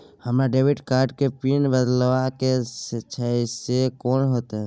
हमरा debit card के pin बदलवा के छै से कोन होतै?